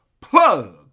plug